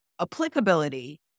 applicability